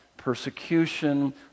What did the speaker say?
persecution